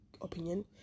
opinion